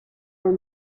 were